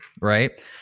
Right